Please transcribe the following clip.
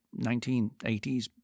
1980s